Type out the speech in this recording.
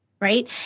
Right